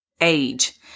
age